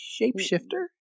shapeshifter